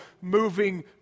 moving